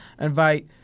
Invite